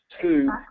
two